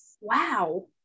Wow